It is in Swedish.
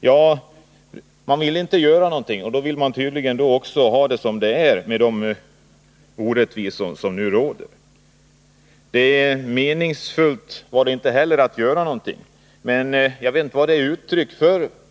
Ja, man vill inte göra någonting, och då vill man tydligen ha det som det är med orättvisorna. Det var inte ”meningsfullt” att göra någonting. Jag vet inte vad det är uttryck för.